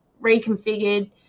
reconfigured